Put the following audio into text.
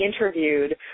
interviewed